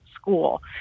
school